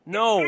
no